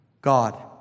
God